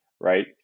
right